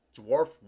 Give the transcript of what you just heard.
Dwarf